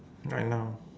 right now